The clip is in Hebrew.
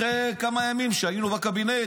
אחרי כמה ימים שהיינו בקבינט,